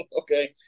Okay